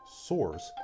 source